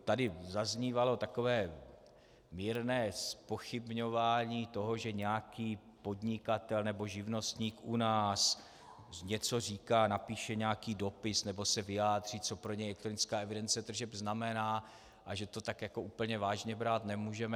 Tady zaznívalo takové mírné zpochybňování toho, že nějaký podnikatel nebo živnostník u nás něco říká, napíše nějaký dopis nebo se vyjádří, co pro něj elektronická evidence tržeb znamená, a že to tak jako úplně vážně brát nemůžeme.